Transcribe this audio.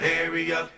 area